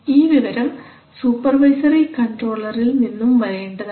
ഈ വിവരം സൂപ്പർവൈസറി കൺട്രോളർഇൽ നിന്നും വരേണ്ടതാണ്